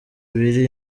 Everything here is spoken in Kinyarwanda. biri